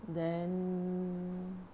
then